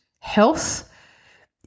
health